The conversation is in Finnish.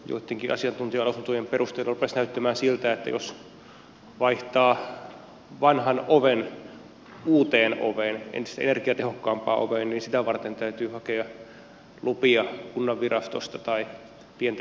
joittenkin asiantuntijalausuntojen perusteella rupesi näyttämään siltä että jos vaihtaa vanhan oven uuteen entistä energiatehokkaampaan oveen sitä varten täytyy hakea lupia kunnanvirastosta samoin pientä ikkunaremonttia varten